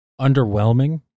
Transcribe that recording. underwhelming